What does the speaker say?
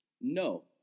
no